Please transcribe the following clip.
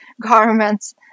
garments